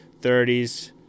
30s